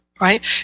Right